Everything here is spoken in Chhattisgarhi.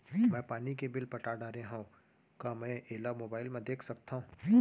मैं पानी के बिल पटा डारे हव का मैं एला मोबाइल म देख सकथव?